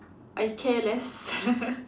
I care less